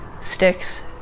sticks